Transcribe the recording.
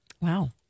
Wow